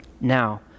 Now